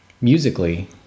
Musically